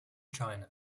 china